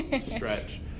stretch